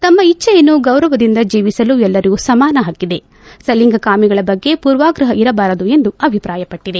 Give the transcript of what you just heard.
ತಮ್ಮ ಇಜ್ಲೆಯಂತೆ ಗೌರವದಿಂದ ಜೀವಿಸಲು ಎಲ್ಲರಿಗೂ ಸಮಾನ ಹಕ್ಕಿದೆ ಸಲಿಂಗ ಕಾಮಿಗಳ ಬಗ್ಗೆ ಪೂರ್ವಗ್ರಹ ಇರಬಾರದು ಎಂದು ಅಭಿಪ್ರಾಯಪಟ್ಟದೆ